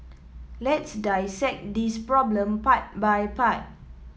let's dissect this problem part by part